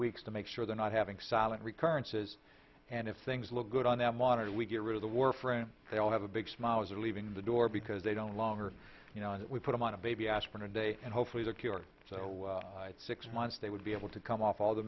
weeks to make sure they're not having silent recurrences and if things look good on that monitor we get rid of the we're friends they all have a big smile is leaving the door because they don't longer you know and we put them on a baby aspirin a day and hopefully they're cured so it's six months they would be able to come off all the